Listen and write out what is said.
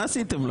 מה עשיתם לו?